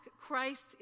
Christ